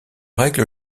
règle